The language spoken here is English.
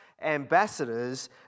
ambassadors